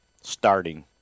starting